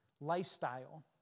lifestyle